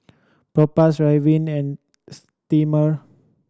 Propass Ridwind and Sterimar